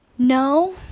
No